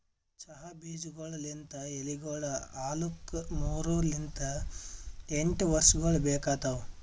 ಚಹಾ ಬೀಜಗೊಳ್ ಲಿಂತ್ ಎಲಿಗೊಳ್ ಆಲುಕ್ ಮೂರು ಲಿಂತ್ ಎಂಟು ವರ್ಷಗೊಳ್ ಬೇಕಾತವ್